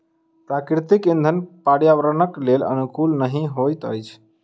प्राकृतिक इंधन पर्यावरणक लेल अनुकूल नहि होइत अछि